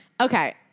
Okay